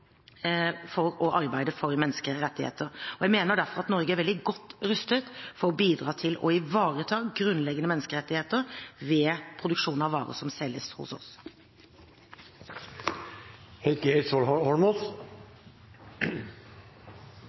gjelder å arbeide for menneskerettigheter. Jeg mener derfor at Norge er veldig godt rustet til å bidra til å ivareta grunnleggende menneskerettigheter ved produksjon av varer som selges hos oss.